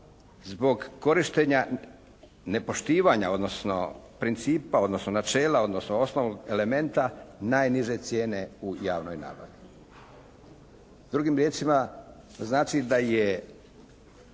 zbog korištenja, nepoštivanja odnosno principa odnosno načela odnosno osnovnog elementa najniže cijene u javnoj nabavi. Drugim riječima znači, da je